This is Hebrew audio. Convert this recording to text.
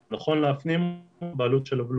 זיהום אוויר שגורם לתחלואה שנכון להפנים בעלות של הבלו.